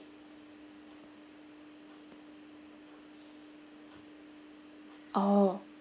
oh